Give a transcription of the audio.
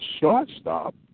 shortstop